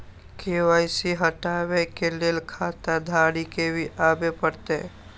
KYC हटाबै के लैल खाता धारी के भी आबे परतै?